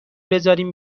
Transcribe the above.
بذارین